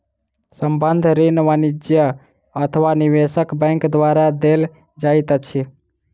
संबंद्ध ऋण वाणिज्य अथवा निवेशक बैंक द्वारा देल जाइत अछि